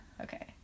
Okay